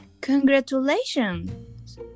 congratulations